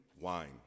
wine